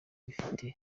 bifite